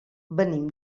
venim